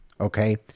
okay